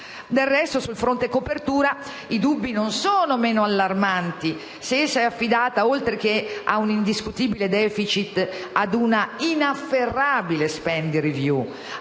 Del resto, sul fronte copertura i dubbi non sono meno allarmanti, se essa è affidata, oltre che a un indiscutibile *deficit*, a una inafferrabile *spending review*,